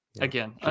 Again